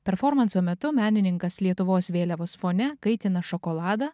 performanso metu menininkas lietuvos vėliavos fone kaitina šokoladą